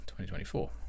2024